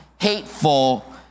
hateful